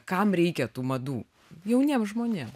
kam reikia tų madų jauniem žmonėm